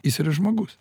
jis yra žmogus